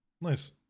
Nice